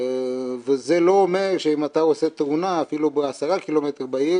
וזה לא אומר שאם אתה עושה תאונה אפילו ב-10 ק"מ בעיר